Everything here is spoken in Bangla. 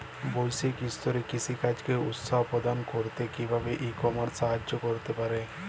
বৈষয়িক স্তরে কৃষিকাজকে উৎসাহ প্রদান করতে কিভাবে ই কমার্স সাহায্য করতে পারে?